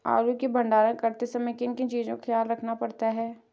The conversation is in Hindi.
आलू के भंडारण करते समय किन किन चीज़ों का ख्याल रखना पड़ता है?